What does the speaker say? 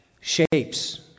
shapes